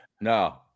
No